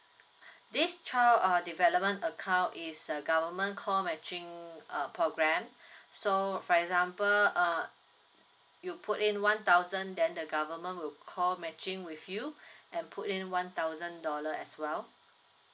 this child uh development account is a government co matching uh program so for example uh uh you put in one thousand then the government will co matching with you and put in one thousand dollar as well